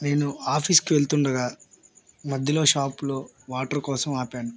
నేను ఆఫీసుకు వెళ్తుండగా మధ్యలో షాపులో వాటర్ కోసం ఆపాను